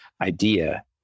idea